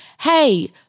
hey –